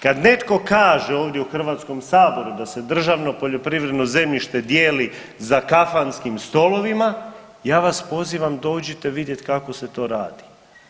Kad netko kaže ovdje u Hrvatskom saboru da se državno poljoprivredno zemljište dijeli za kafanskim stolovima ja vas pozivam dođite vidjeti kako se to radi.